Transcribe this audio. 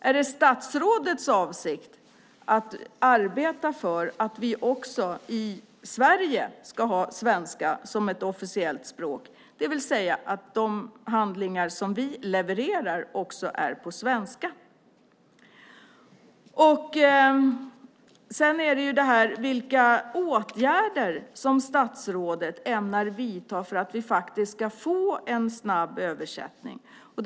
Är det statsrådets avsikt att arbeta för att vi också i Sverige ska ha svenska som officiellt språk, det vill säga att de handlingar som vi levererar är på svenska? Vilka åtgärder ämnar statsrådet vidta för att vi ska få snabba översättningar?